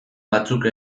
batzuk